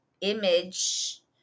image